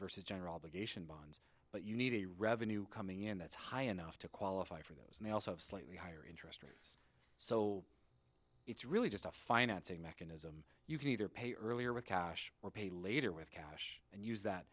versus general bonds but you need a revenue coming in that's high enough to qualify for those and they also have slightly higher so it's really just a financing mechanism you can either pay earlier with cash or pay later with cash and use that